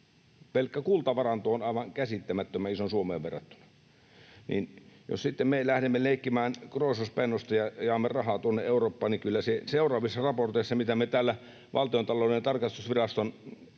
pelkkä kultavaranto on aivan käsittämättömän iso Suomeen verrattuna — eli jos lähdemme leikkimään Kroisos Pennosta ja jaamme rahaa tuonne Eurooppaan, niin kyllähän ne seuraavat raportit, mitä me täällä Valtiontalouden tarkastusviraston